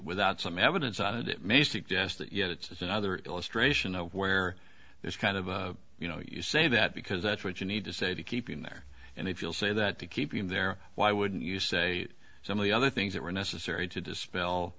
without some evidence on it it may suggest that yet it's another illustration of where this kind of you know you say that because that's what you need to say to keep him there and if you'll say that to keep him there why wouldn't you say some of the other things that were necessary to dispel